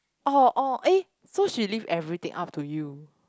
orh hor orh eh so she leave everything up to you